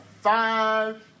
five